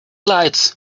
lights